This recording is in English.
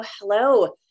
hello